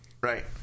Right